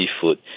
seafood